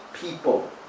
people